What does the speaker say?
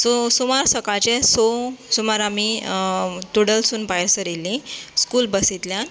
so सुमार सकाळचें संक सुमार आमी तुडलसुन भायर सरिल्ली स्कूल बसींतल्यान